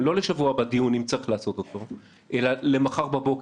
דיון אם צריך לעשות אותו, אלא למחר בבוקר.